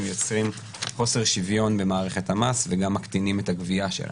יוצרים חוסר שוויון במערכת המס וגם מקטינים את הגביה שלה.